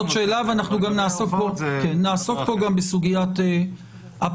זאת שאלה ואנחנו גם נעסוק גם בשאלת הפרסום,